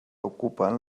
ocupen